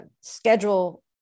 schedule